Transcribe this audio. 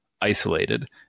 isolated